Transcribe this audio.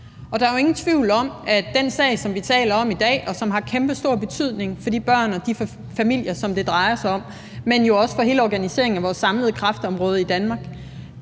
Og der er jo ingen tvivl om, at der i den sag, som vi taler om i dag, og som har kæmpestor betydning for de børn og de familier, som det drejer sig om, men jo også for hele organiseringen af vores samlede kræftområde i Danmark,